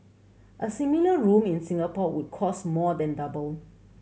a similar room in Singapore would cost more than double